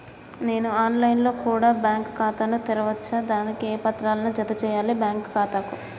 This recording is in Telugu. నేను ఆన్ లైన్ లో కూడా బ్యాంకు ఖాతా ను తెరవ వచ్చా? దానికి ఏ పత్రాలను జత చేయాలి బ్యాంకు ఖాతాకు?